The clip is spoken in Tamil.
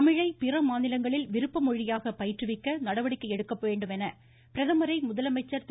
தமிழை பிற மாநிலங்களில் விருப்ப மொழியாக பயிற்றுவிக்க நடவடிக்கை எடுக்க வேண்டும் என பிரதமரை முதலமைச்சர் திரு